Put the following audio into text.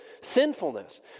sinfulness